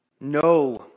No